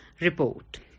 Report